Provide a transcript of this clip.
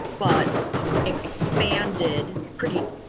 but expanded pretty